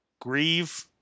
grieve